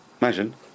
Imagine